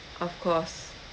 of course